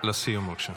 לסיום, בבקשה.